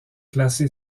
classée